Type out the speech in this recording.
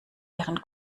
ihren